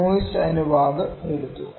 noise അനുപാതം എടുത്തു